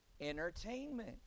entertainment